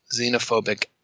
xenophobic